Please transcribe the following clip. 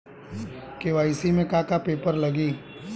KYC में का का पेपर लगी?